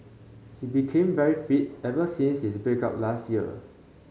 he became very fit ever since his break up last year